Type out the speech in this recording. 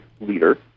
leader